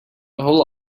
whole